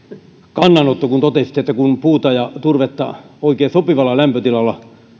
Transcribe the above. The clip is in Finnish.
kannanotto kun totesitte että kun puuta ja turvetta oikein sopivalla lämpötilalla